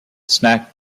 snack